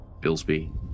Billsby